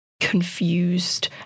confused